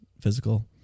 physical